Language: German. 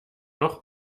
noch